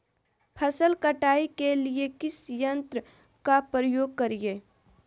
फसल कटाई के लिए किस यंत्र का प्रयोग करिये?